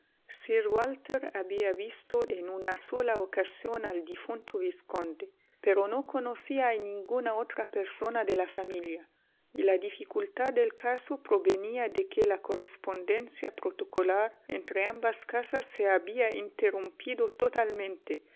había visto en una sola ocasión al difunto vizconde pero no conocía a ninguna otra persona de la familia y la dificultad del caso provenía de que la correspondencia protocolar entre ambas casas se había interrumpido totalmente